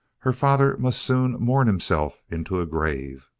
her father must soon mourn himself into a grave.